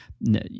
no